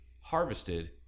harvested